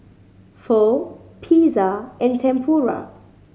Pho Pizza and Tempura